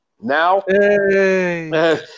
Now